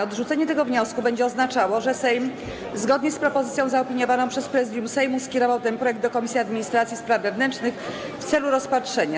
Odrzucenie tego wniosku będzie oznaczało, że Sejm, zgodnie z propozycją zaopiniowaną przez Prezydium Sejmu, skierował ten projekt do Komisji Administracji i Spraw Wewnętrznych w celu rozpatrzenia.